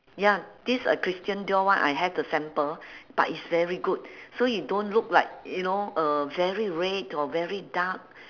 ya this uh christian dior one I have the sample but it's very good so you don't look like you know uh very red or very dark